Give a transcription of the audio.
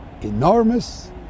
enormous